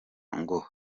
ngo